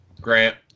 Grant